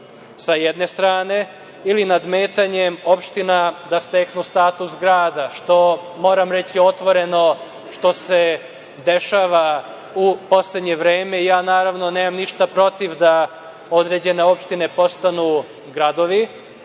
sa jedne strane, ili nadmetanjem opština da steknu status grada, što moram reći otvoreno što se dešava u poslednje vreme. Naravno nemam ništa protiv da određene opštine postanu gradovi,